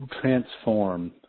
transform